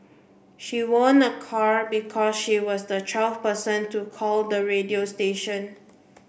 she won a car because she was the twelfth person to call the radio station